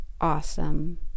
awesome